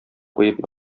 куеп